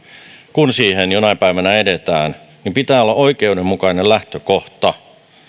kun talletussuojaan jonain päivänä edetään siinä pitää olla oikeudenmukainen lähtökohta eli nämä